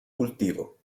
cultivo